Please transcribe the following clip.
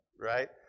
right